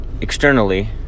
externally